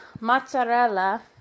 mozzarella